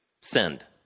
Send